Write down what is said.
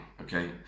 okay